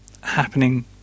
Happening